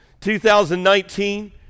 2019